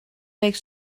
week